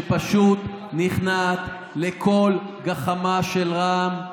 שפשוט נכנעת לכל גחמה של רע"מ.